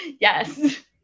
Yes